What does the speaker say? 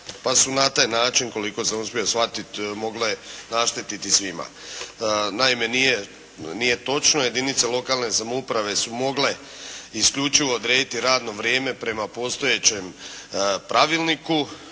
pa su na taj način koliko sam uspio shvatiti mogle naštetiti svima. Naime, nije točno. Jedinice lokalne samouprave su mogle isključivo odrediti radno vrijeme prema postojećem pravilniku